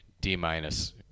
D-minus